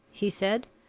he said.